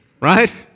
Right